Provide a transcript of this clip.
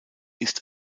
ist